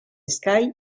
sky